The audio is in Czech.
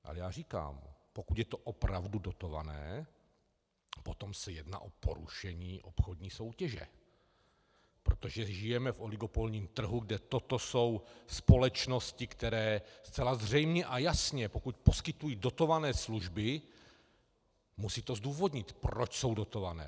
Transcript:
Ale já říkám, pokud je to opravdu dotované, potom se jedná o porušení obchodní soutěže, protože žijeme v oligopolním trhu, kde toto jsou společnosti, které zcela zřejmě a jasně, pokud poskytují dotované služby, musí to zdůvodnit, proč jsou dotované.